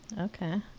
Okay